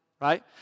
right